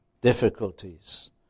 Difficulties